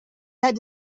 had